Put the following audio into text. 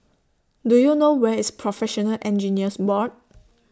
Do YOU know Where IS Professional Engineers Board